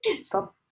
stop